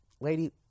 Lady